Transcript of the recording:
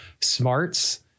smarts